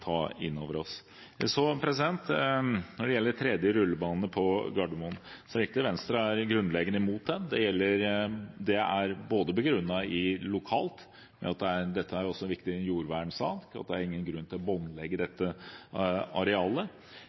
ta inn over oss. Når det gjelder en tredje rullebane på Gardermoen, er det riktig at Venstre er grunnleggende imot den. Det er lokalt begrunnet, med at dette er en så viktig jordvernsak at det ikke er noen grunn til å båndlegge dette arealet,